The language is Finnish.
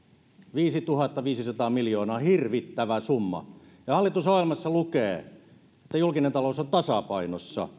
viisituhattaviisisataa miljoonaa hirvittävä summa ja hallitusohjelmassa lukee että julkinen talous on tasapainossa